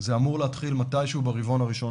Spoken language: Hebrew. זה אמור להתחיל מתי שהוא ברבעון הראשון